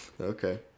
Okay